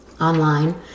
online